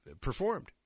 performed